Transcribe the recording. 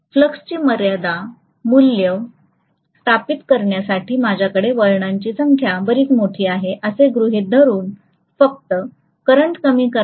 फ्लक्सची मर्यादित मूल्य स्थापित करण्यासाठी माझ्याकडे वळणाची संख्या बरीच मोठी आहे असे गृहित धरून फक्त करंट कमी प्रमाणात आवश्यक आहे